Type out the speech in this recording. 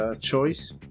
choice